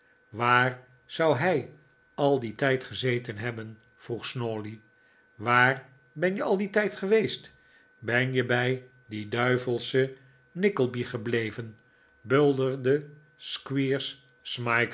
waar zou hij al dien tijd gezeten hebben vroeg snawley waar ben je al dien tijd geweest ben je bij dien duivelschen nickleby gebleven bulderde